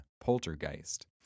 poltergeist